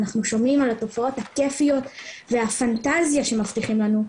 אנחנו שומעים על התופעות הכיפיות והפנטזיה שמבטיחים לנו,